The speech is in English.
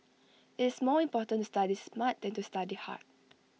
IT is more important to study smart than to study hard